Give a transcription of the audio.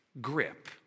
grip